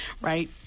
right